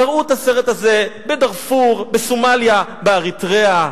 תראו את הסרט הזה בדארפור, בסומליה, באריתריאה.